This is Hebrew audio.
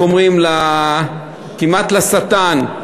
כמעט לשטן,